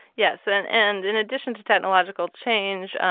yes. and and in addition to technological change,